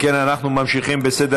אם כן, אנחנו ממשיכים בסדר-היום.